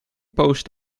post